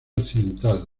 occidental